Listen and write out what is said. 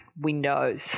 Windows